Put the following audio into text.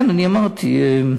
כן, אמרתי.